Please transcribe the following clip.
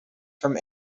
from